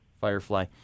Firefly